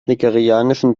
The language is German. nigerianischen